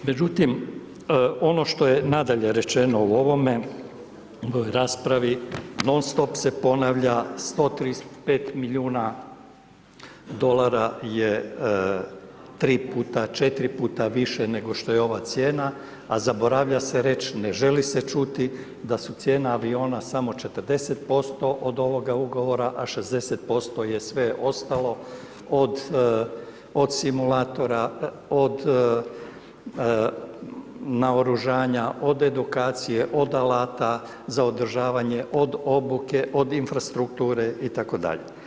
Međutim, ono što je nadalje rečeno u ovome, u ovoj raspravi, non-stop se ponavlja, 135 milijuna dolara je tri puta, četiri puta više nego što je ova cijena, a zaboravlja se reć', ne želi se čuti, da su cijene aviona samo 40% od ovoga ugovora, a 60% je sve ostalo, od, od simulatora, od naoružanja, od edukacije, od alata za održavanje, od obuke, od infrastrukture, i tako dalje.